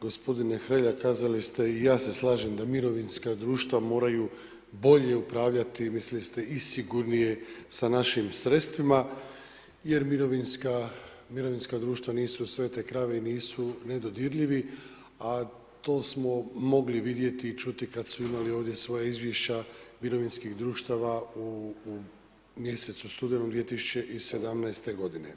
Gospodine Hrelja, kazali ste i ja se slažem da mirovinska društva moraju bolje upravljati, mislili ste i sigurnije sa našim sredstvima jer mirovinska društva nisu svete krave i nisu nedodirljivi, a to smo mogli vidjeti i čuti kada su imali ovdje svoja izvješća mirovinskih društava u mjesecu studenom 2017. godine.